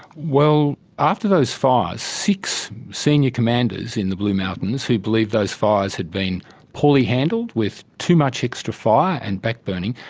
well, after those fires, six senior commanders in the blue mountains who believed those fires had been poorly handled with too much extra fire and back-burning,